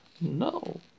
No